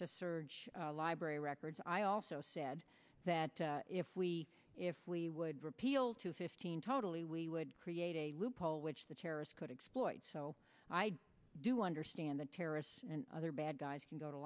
library records i also said that if we if we would repeal to fifteen totally we would create a loophole which the terrorists could exploit so i do understand the terrorists and other bad guys can go to